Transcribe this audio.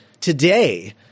today